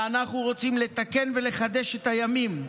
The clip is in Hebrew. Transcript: ואנחנו רוצים לתקן ולחדש את הימים.